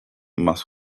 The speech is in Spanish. más